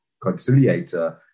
conciliator